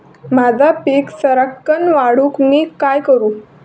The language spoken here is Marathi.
माझी पीक सराक्कन वाढूक मी काय करू?